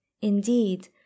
Indeed